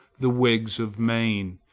the whigs of maine!